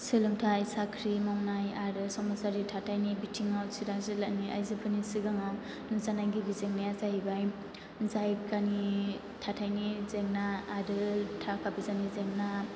सोलोंथाय साख्रि मावनाय आरो समाजारि थाथायनि बिथिंआव चिरां जिल्लानि आइजोफोरनि सिगाङाव नुजानाय गिबि जेंनाया जाहैबाय जायगानि थाथायनि जेंना आरो थाखा फैसानि जेंना